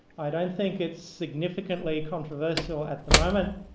i don't think it's significantly controversial at the moment,